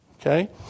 Okay